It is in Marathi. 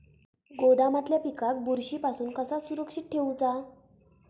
गोदामातल्या पिकाक बुरशी पासून कसा सुरक्षित ठेऊचा?